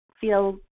feel